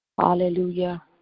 Hallelujah